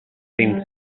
seem